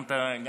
גם את הלחלופין?